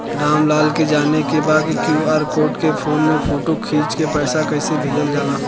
राम लाल के जाने के बा की क्यू.आर कोड के फोन में फोटो खींच के पैसा कैसे भेजे जाला?